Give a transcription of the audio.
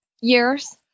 Years